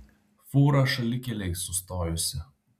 fūra šalikelėj sustojusi